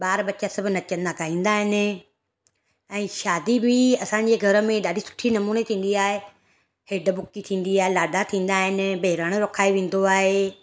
ॿार बच्चा सब नचंदा का ईंदा आहिनि ऐं शादी बि असांजे घर में ॾाढी सुठी नमूने थींदी आहे हेड बुकी थींदी आहे लाॾा थींदा आहिनि बहिराणो रखाए वेंदो आहे